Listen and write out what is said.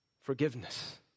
forgiveness